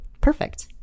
Perfect